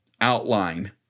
outline